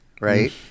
right